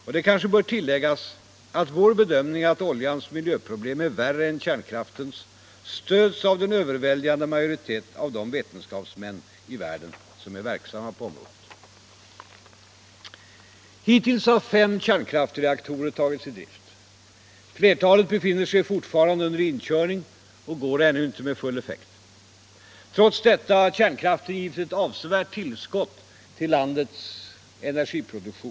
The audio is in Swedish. Det bör kanske tilläggas att vår bedömning att oljans miljöoch säkerhetsproblem är värre än kärnkraftens stöds av en överväldigande majoritet av de vetenskapsmän i världen som är verksamma på området. Hittills har fem kärnkraftsreaktorer tagits i drift. Flertalet befinner sig fortfarande under inkörning och går ännu inte för full effekt. Trots detta har kärnkraften givit ett avsevärt tillskott till landets energiproduktion.